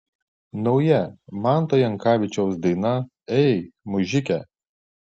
nauja manto jankavičiaus daina ei mužike